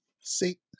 See